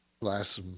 last